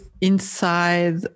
inside